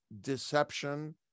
deception